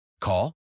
Call